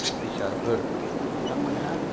अफिसारफोर बिथांमोनहा